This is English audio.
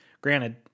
granted